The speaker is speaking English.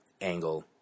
Angle